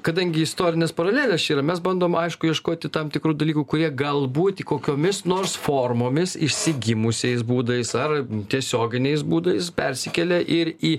kadangi istorinės paralelės čia yra mes bandom aišku ieškoti tam tikrų dalykų kurie galbūt kokiomis nors formomis išsigimusiais būdais ar tiesioginiais būdais persikelia ir į